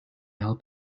help